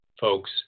folks